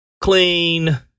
clean